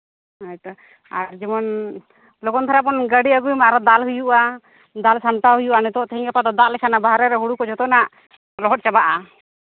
ᱦᱳᱭ ᱛᱚ ᱟᱨ ᱡᱮᱢᱚᱱ ᱞᱚᱜᱚᱱ ᱫᱷᱟᱨᱟ ᱵᱚᱱ ᱜᱟᱹᱰᱤ ᱟᱹᱜᱩᱭ ᱢᱟ ᱟᱨ ᱫᱟᱞ ᱦᱩᱭᱩᱜᱼᱟ ᱫᱟᱞ ᱥᱟᱢᱴᱟᱣ ᱦᱩᱭᱩᱜᱼᱟ ᱱᱤᱛᱳᱜ ᱛᱳᱮᱦᱮᱧᱼᱜᱟᱯᱟ ᱫᱚ ᱫᱟᱜ ᱞᱮᱠᱷᱟᱱ ᱫᱚ ᱵᱟᱦᱨᱮ ᱨᱮ ᱦᱩᱲᱩ ᱠᱚ ᱡᱚᱛᱚᱱᱟᱜ ᱞᱚᱦᱚᱫ ᱪᱟᱵᱟᱜᱼᱟ